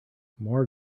more